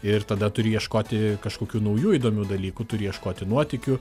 ir tada turi ieškoti kažkokių naujų įdomių dalykų turi ieškoti nuotykių